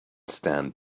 stand